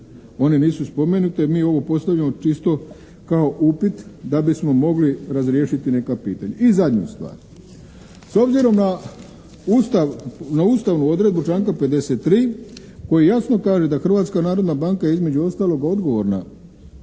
One nisu spomenute. Mi ovo postavljamo čisto kao upit da bismo mogli razriješiti neka pitanja. I zadnju stvar. S obzirom na Ustav, ustavnu odredbu članka 53. koji jasno kaže da Hrvatska narodna banka između ostalog odgovorna